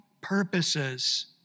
purposes